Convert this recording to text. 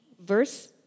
Verse